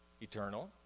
Eternal